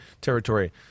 territory